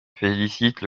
félicite